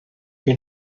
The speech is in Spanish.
que